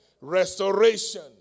restoration